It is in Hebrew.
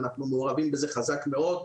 אנחנו מעורבים בזה חזק מאוד,